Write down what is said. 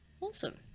awesome